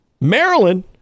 Maryland